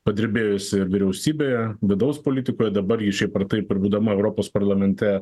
padirbėjusi ir vyriausybėje vidaus politikoj dabar ji šiaip ar taip ir būdama europos parlamente